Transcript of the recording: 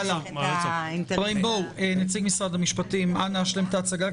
בבקשה, אנא השלם את ההצגה.